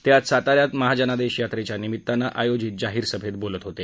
ते आज साता यात महाजनादेश यात्रेच्या निमित्तानं आयोजित जाहीर सभेत बोलत होते